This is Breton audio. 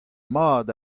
mat